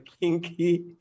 kinky